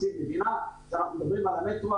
ואנחנו מדברים על המטרו,